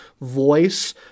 voice